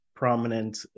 prominent